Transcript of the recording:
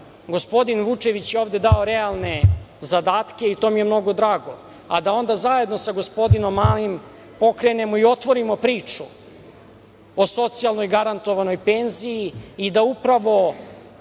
Gospodin Vučević je ovde dao realne zadatke i to mi je mnogo drago, a da onda zajedno sa gospodinom Malim pokrenemo i otvorimo priču o socijalnoj garantovanoj penziji i da upravo